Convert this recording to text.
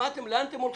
לאן אתם הולכים?